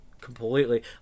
completely